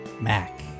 Mac